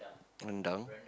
rendang